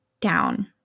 down